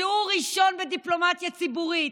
בשיעור ראשון בדיפלומטיה ציבורית